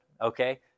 okay